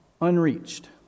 unreached